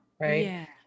right